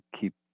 keep